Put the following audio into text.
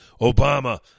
Obama